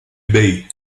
bey